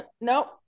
nope